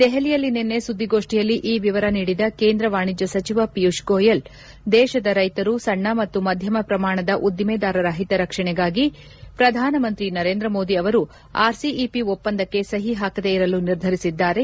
ದೆಹಲಿಯಲ್ಲಿ ನಿನ್ನೆ ಸುದ್ದಿಗೋಷ್ಠಿಯಲ್ಲಿ ಈ ವಿವರ ನೀಡಿದ ಕೇಂದ್ರ ವಾಣಿಜ್ಞ ಸಚಿವ ಪಿಯೂಷ್ ಗೋಯಲ್ ದೇಶದ ರೈತರು ಸಣ್ಣ ಮತ್ತು ಮಧ್ಣಮ ಪ್ರಮಾಣದ ಉದ್ದಿಮೆದಾರರ ಹಿತಾರಕ್ಷಣೆಗಾಗಿ ಪ್ರಧಾನ ಮಂತ್ರಿ ನರೇಂದ್ರ ಮೋದಿ ಅವರು ಆರ್ಸಿಇಪಿ ಒಪ್ಪಂದಕ್ಕೆ ಸಹಿ ಹಾಕದೇ ಇರಲು ನಿರ್ಧರಿಸಿದ್ದಾರೆ